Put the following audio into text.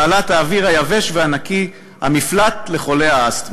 בעלת האוויר היבש והנקי, המפלט לחולי אסתמה".